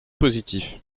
positif